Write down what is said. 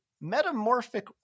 metamorphic